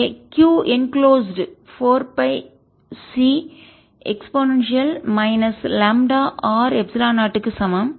r24π4πCe λrQ0 எனவே Q enclosed மூடப்பட்டிருக்கும் 4 pi Ce λr epsilon 0 க்கு சமம்